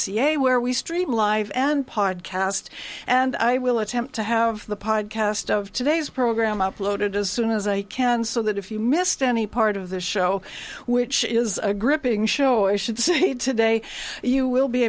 ca where we stream live and podcast and i will attempt to have the podcast of today's program uploaded as soon as i can so that if you missed any part of the show which is a gripping show i should say today you will be